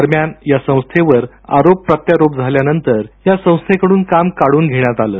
दरम्यान या संस्थेवरून आरोप प्रत्यारोप झाल्यानंतर या संस्थेकडून काम काढून घेण्यात आलं